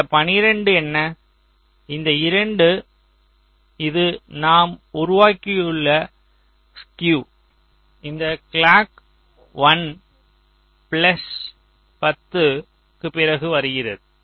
அந்த 12 என்ன இந்த 2 இது நாம் உருவாக்கிய ஸ்குயு இந்த கிளாக் 1 பிளஸ் 10 க்குப் பிறகு வருகிறது